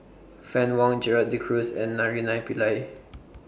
Fann Wong Gerald De Cruz and Naraina Pillai